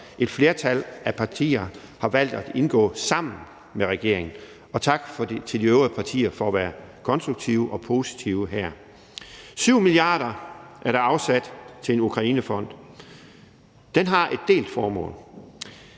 et flertal af partier har valgt at indgå sammen med regeringen. Tak til de øvrige partier for at være konstruktive og positive her. 7 mia. kr. er der afsat til en Ukrainefond. Den har et delt formål.